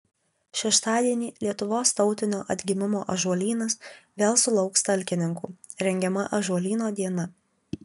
šeštadienį lietuvos tautinio atgimimo ąžuolynas vėl sulauks talkininkų rengiama ąžuolyno diena